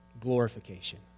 glorification